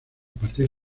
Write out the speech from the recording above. partir